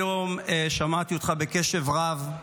היום שמעתי אותך בקשב רב,